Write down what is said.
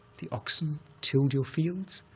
the oxen tilled your fields.